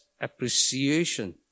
appreciation